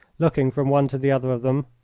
looking from one to the other of them,